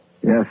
Yes